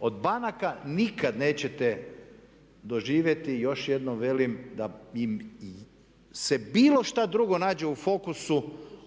Od banaka nikad nećete doživjeti, još jednom velim da im se bilo što drugo nađe u fokusu